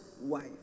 wife